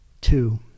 Two